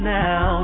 now